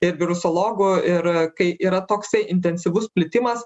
ir virusologų ir kai yra toksai intensyvus plitimas